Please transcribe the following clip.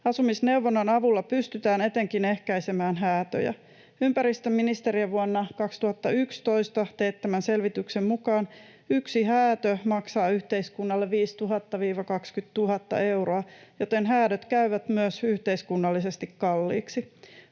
Asumisneuvonnan avulla pystytään etenkin ehkäisemään häätöjä. Ympäristöministeriön vuonna 2011 teettämän selvityksen mukaan yksi häätö maksaa yhteiskunnalle 5 000 – 20 000 euroa, joten häädöt käyvät myös yhteiskunnallisesti kalliiksi.